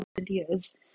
ideas